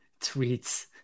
tweets